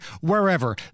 wherever